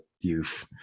youth